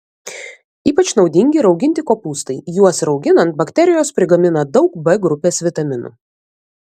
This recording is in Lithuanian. ypač naudingi rauginti kopūstai juos rauginant bakterijos prigamina daug b grupės vitaminų